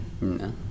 No